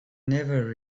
never